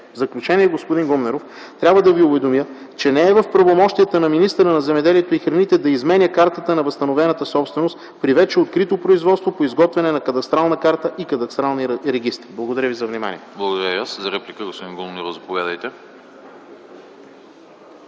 В заключение, господин Гумнеров, трябва да Ви уведомя, че не е в правомощията на министъра на земеделието и храните да изменя картата на възстановената собственост при вече открито производство по изготвяне на кадастрална карта и кадастрални регистри. Благодаря ви за вниманието. ПРЕДСЕДАТЕЛ АНАСТАС АНАСТАСОВ: Благодаря и аз. Заповядайте